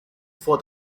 for